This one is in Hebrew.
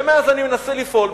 ומאז אני מנסה לפעול.